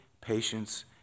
patience